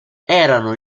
erano